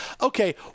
Okay